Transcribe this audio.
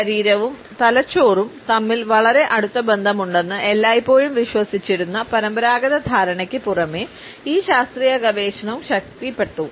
ശരീരവും തലച്ചോറും തമ്മിൽ വളരെ അടുത്ത ബന്ധമുണ്ടെന്ന് എല്ലായ്പ്പോഴും വിശ്വസിച്ചിരുന്ന പരമ്പരാഗത ധാരണയ്ക്ക് പുറമെ ഈ ശാസ്ത്രീയ ഗവേഷണം ശക്തിപ്പെട്ടു